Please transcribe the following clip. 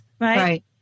right